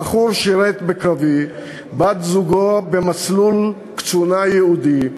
הבחור שירת בקרבי, בת-זוגו, במסלול קצונה ייעודי.